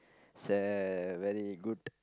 it's a very good